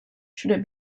should